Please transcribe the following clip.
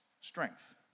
strength